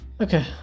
Okay